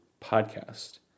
podcast